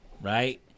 Right